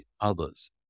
others